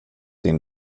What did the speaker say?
din